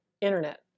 internet